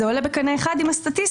זה עולה בקנה אחד עם הסטטיסטיקה,